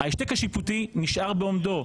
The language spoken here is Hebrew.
ההשתק השיפוטי נשאר בעומדו.